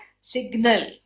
signal